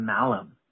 Malum